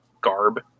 garb